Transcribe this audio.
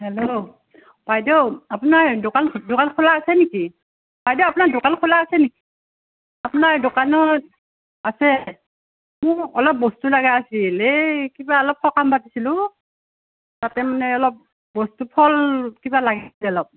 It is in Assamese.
হেল্ল' বাইদ' আপোনাৰ দোকান দোকান খোলা আছে নেকি বাইদ' আপোনাৰ দোকান খোলা আছে নেকি আপোনাৰ দোকানত আছে মোক অলপ বস্তু লগা আছিল এই কিবা অলপ সকাম পাতিছিলোঁ তাতে মানে অলপ বস্তু ফল কিবা লাগিছিল অলপ